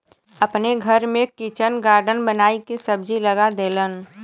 अपने घर में किचन गार्डन बनाई के सब्जी लगा देलन